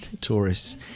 Tourists